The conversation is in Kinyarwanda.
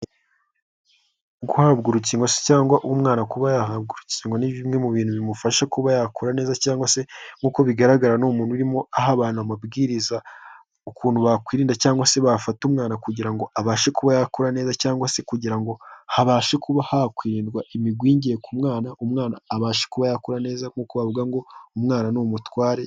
Guhabwa urukingo se cyangwa umwana kuba yahabwa urukingo ni bimwe mu bintu bimufasha kuba yakura neza cyangwa se nk'uko bigaragara ni umuntuntu urimo aha abantu amabwiriza ukuntu bakwirinda cyangwa se bafata umwana kugira ngo abashe kuba yakura neza cyangwa se kugira ngo habashe kuba hakwirwa imigwingire ku mwana abashe kuba yakura neza kuko bavuga ngo umwana ni umutware.